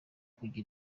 kugira